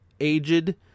aged